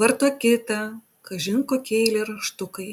varto kitą kažin kokie eilėraštukai